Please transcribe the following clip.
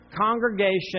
congregation